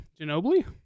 Ginobili